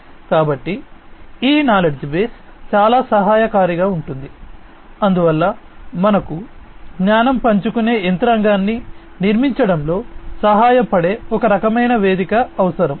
కాబట్టిఈ knowledge base చాలా సహాయకారిగా ఉంటుంది అందువల్ల మనకు జ్ఞానం పంచుకునే యంత్రాంగాన్ని నిర్మించడంలో సహాయపడే ఒక రకమైన వేదిక అవసరం